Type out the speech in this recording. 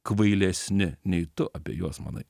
kvailesni nei tu apie juos manai